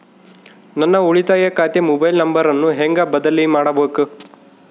ನನ್ನ ಉಳಿತಾಯ ಖಾತೆ ಮೊಬೈಲ್ ನಂಬರನ್ನು ಹೆಂಗ ಬದಲಿ ಮಾಡಬೇಕು?